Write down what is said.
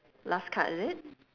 last card is it